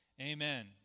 amen